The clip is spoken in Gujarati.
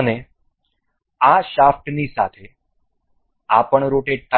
અને આ શાફ્ટની સાથે આ પણ રોટેટ થાય છે